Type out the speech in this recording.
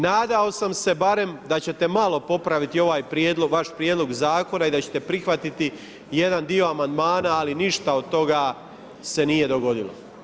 Nadao sam se barem da ćete malo popraviti ovaj vaš prijedlog zakona i da ćete prihvatiti jedan dio amandmana ali ništa od toga se nije dogodilo.